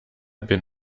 been